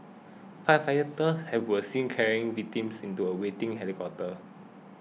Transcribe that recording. firefighters have were seen carrying victims into a waiting helicopter